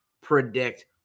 predict